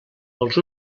els